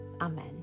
Amen